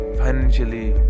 financially